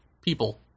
people